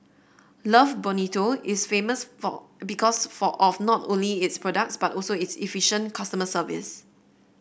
love Bonito is famous for because for of not only its products but also its efficient customer service